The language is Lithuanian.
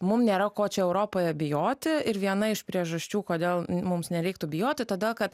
mums nėra ko čia europoje bijoti ir viena iš priežasčių kodėl mums nereiktų bijoti todėl kad